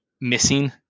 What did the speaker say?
missing